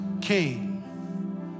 came